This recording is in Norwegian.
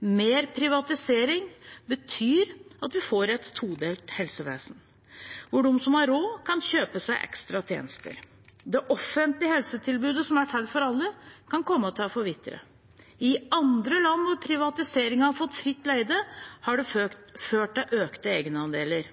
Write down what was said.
Mer privatisering betyr at vi får et todelt helsevesen, hvor de som har råd, kan kjøpe seg ekstra tjenester. Det offentlige helsetilbudet, som er til for alle, kan komme til å forvitre. I andre land hvor privatisering har fått fritt leide, har det ført til økte egenandeler.